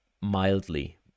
mildly